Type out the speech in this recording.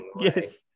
Yes